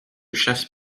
chasse